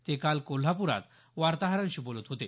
ते काल कोल्हाप्ररात वार्ताहरांशी बोलत होते